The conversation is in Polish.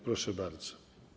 Proszę bardzo.